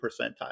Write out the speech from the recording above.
percentile